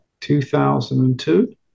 2002